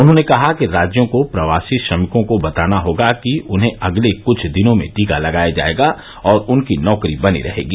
उन्होने कहा कि राज्यों को प्रवासी श्रमिकों को बताना होगा कि उन्हें अगले कुछ दिनों में टीका लगाया जाएगा और उनकी नौकरी बनी रहेगी